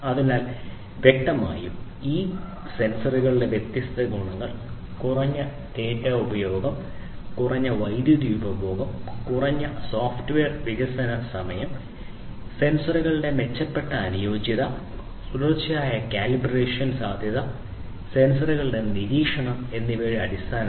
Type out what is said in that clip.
അതിനാൽ വ്യക്തമായും ഈ ബുദ്ധിമാനായ സെൻസറുകളുടെ വ്യത്യസ്ത ഗുണങ്ങൾ കുറഞ്ഞ ഡാറ്റ ആശയവിനിമയം കുറഞ്ഞ വൈദ്യുതി ഉപഭോഗം കുറഞ്ഞ സോഫ്റ്റ്വെയർ വികസന സമയം സെൻസറുകളുടെ മെച്ചപ്പെട്ട അനുയോജ്യത തുടർച്ചയായ കാലിബ്രേഷൻ സാധ്യത സെൻസറുകളുടെ നിരീക്ഷണം എന്നിവയുടെ അടിസ്ഥാനത്തിൽ